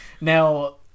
now